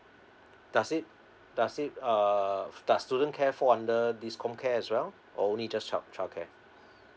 does it does it uh does student care fall under this comcare as well or only just child childcare